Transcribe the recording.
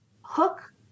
hook